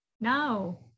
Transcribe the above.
no